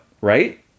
right